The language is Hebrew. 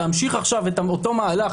להמשיך עכשיו עם אותו מהלך,